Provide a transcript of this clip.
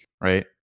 right